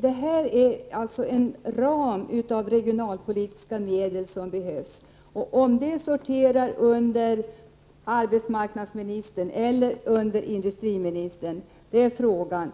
behövs en ram av regionalpolitiska medel. Om det sorterar under arbetsmarknadsministern eller industriministern är frågan.